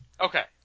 okay